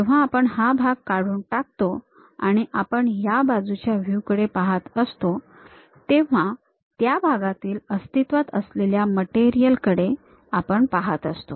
जेव्हा आपण हा भाग काढून टाकतो आणि आपण या बाजूच्या व्ह्यू कडून पाहत असतो तेव्हा त्या भागातील अस्तित्वात असलेल्या मटेरियल कडे आपण पाहत असतो